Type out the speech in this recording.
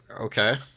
Okay